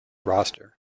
roster